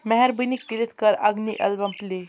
مہربٲنی کٔرِتھ کر اَگنی اَلبَم پٕلے